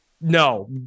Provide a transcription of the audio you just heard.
no